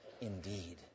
indeed